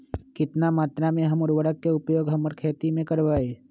कितना मात्रा में हम उर्वरक के उपयोग हमर खेत में करबई?